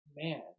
man